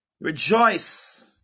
Rejoice